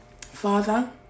Father